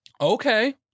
okay